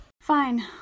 Fine